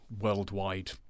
worldwide